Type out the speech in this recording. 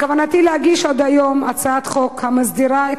בכוונתי להגיש עוד היום הצעת חוק המסדירה את